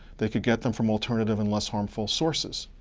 they could get them from alternative and less harmful sources.